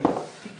זוג